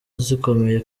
zikomeye